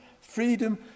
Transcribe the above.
freedom